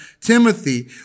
Timothy